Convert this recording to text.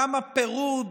כמה פירוד,